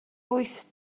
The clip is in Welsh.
wyth